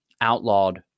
outlawed